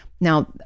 Now